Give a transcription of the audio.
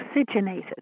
oxygenated